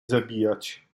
zabijać